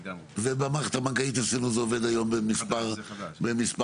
במערכת הבנקאית אצלנו זה עובד היום במספר דברים.